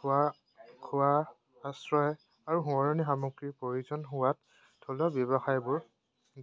খোৱা খোৱা আশ্ৰয় আৰু সোঁৱৰণী সামগ্ৰীৰ প্ৰয়োজন হোৱাত থলুৱা ব্যৱসায়বোৰ